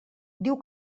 diu